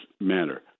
manner